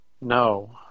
no